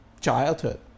childhood